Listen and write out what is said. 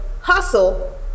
hustle